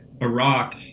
Iraq